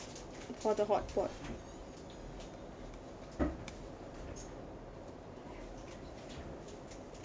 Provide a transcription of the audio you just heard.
for the hotpot